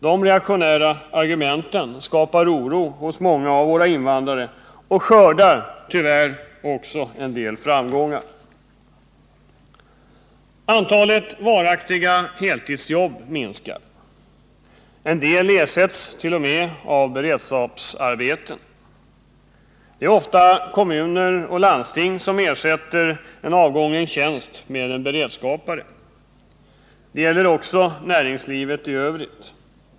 De reaktionära argumenten skapar oro hos många av våra invandrare och skördar tyvärr också en del framgångar. Antalet varaktiga heltidsjobb minskar. En del ersätts t.o.m. av beredskapsarbeten. Det är ofta kommuner och landsting som ersätter en avgången tjänst med en beredskapare. Det gäller också näringslivet i övrigt.